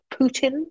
Putin